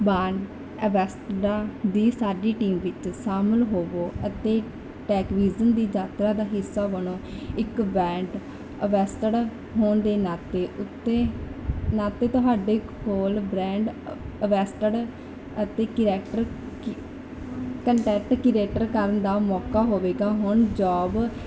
brand ਅੰਬੈਸਡਰਾਂ ਦੀ ਸਾਡੀ ਟੀਮ ਵਿੱਚ ਸ਼ਾਮਿਲ ਹੋਵੋ ਅਤੇ ਟੈੱਕ ਵਿਜ਼ਨ ਦੀ ਯਾਤਰਾ ਦਾ ਹਿੱਸਾ ਬਣੋ ਇੱਕ ਬ੍ਰਾਂਡ ਅੰਬੈਸਡਰ ਹੋਣ ਦੇ ਨਾਤੇ ਉੱਤੇ ਨਾਤੇ ਤੁਹਾਡੇ ਕੋਲ ਬ੍ਰਾਂਡ ਅੰਬੈਸਡਰ ਅਤੇ ਕੰਟੈਂਟ ਕਰੀਏਟਰ ਕਰਨ ਦਾ ਮੌਕਾ ਹੋਵੇਗਾ ਹੁਣ ਜੋਬ